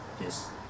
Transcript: Yes